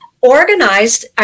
organized